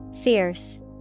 Fierce